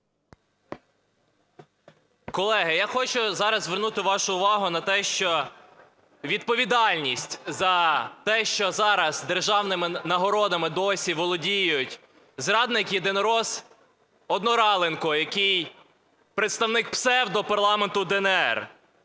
Колеги, я хочу зараз звернути вашу увагу на те, що відповідальність за те, що зараз державними нагородами досі володіє зрадник-"єдинорос" Однораленко, який представник псевдопарламенту "ДНР",